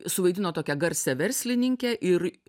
suvaidino tokią garsią verslininkę ir